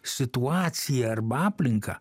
situacija arba aplinka